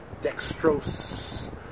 Dextrose